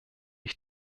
ich